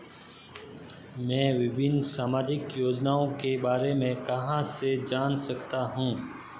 मैं विभिन्न सामाजिक योजनाओं के बारे में कहां से जान सकता हूं?